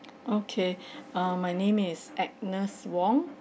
okay uh my name as agnes wong